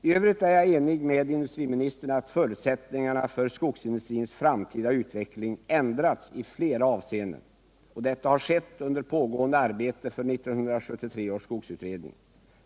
I övrigt är jag enig med industriministern om att förutsättningarna för skogsindustrins framtida utveckling ändrats i flera avseenden. Och detta har skett under pågående arbete för 1973 års skogsutredning.